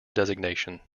designation